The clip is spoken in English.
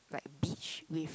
like beach with